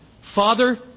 Father